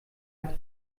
hat